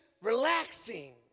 relaxing